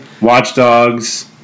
Watchdogs